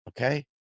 okay